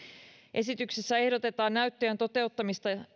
esityksessä ehdotetaan näyttöjen toteuttamista